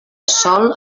sòl